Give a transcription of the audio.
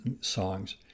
songs